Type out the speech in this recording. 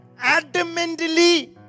adamantly